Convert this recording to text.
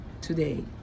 today